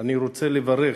אני רוצה לברך